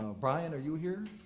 brian, are you here,